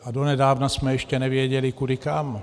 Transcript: A donedávna jsme ještě nevěděli kudy kam.